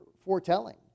foretelling